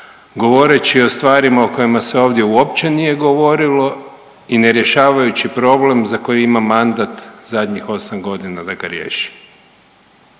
govoreći o stvarima o kojima se ovdje uopće nije govorilo i ne rješavajući problem za koji ima mandat zadnjih 8 godina da ga riješi.